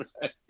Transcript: right